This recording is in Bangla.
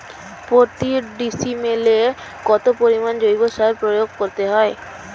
প্রতি ডিসিমেলে কত পরিমাণ জৈব সার প্রয়োগ করতে হয়?